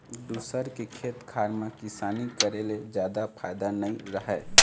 दूसर के खेत खार म किसानी करे ले जादा फायदा नइ रहय